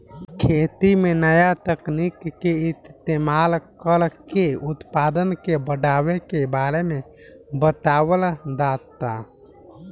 खेती में नया तकनीक के इस्तमाल कर के उत्पदान के बढ़ावे के बारे में बतावल जाता